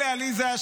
עליזה,